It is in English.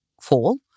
fall